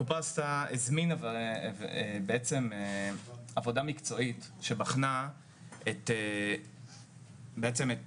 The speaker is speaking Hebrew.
הקופה עשתה הזמינה בעצם עבודה מקצועית שבחנה את בעצם את